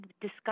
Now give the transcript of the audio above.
discuss